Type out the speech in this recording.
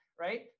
right